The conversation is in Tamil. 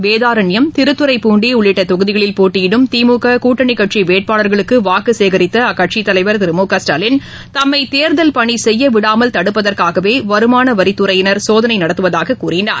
வேதாரண்யம் திருத்துறைப்பூண்டிஉள்ளிட்டதொகுதிகளில் நாகைமாவட்டத்தில் போட்டியிடும் திமுககூட்டணிக்கட்சிவேட்பாளர்களுக்குவாக்குசேரித்தஅக்கட்சிதலைவர் திரு மு க ஸ்டாலின் தம்மைதேர்தல் பணிசெய்யவிடாமல் தடுப்பதற்காகவேவருமானவரித்துறையினர் சோதனைநடத்துவதாககூறினார்